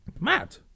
Mad